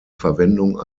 verwendung